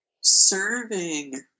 serving